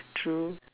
true